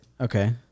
Okay